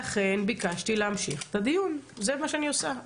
לכן ביקשתי להמשיך בדיון, זה מה שאני עושה.